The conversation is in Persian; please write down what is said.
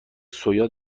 سویا